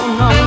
no